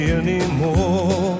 anymore